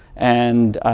and